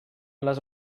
les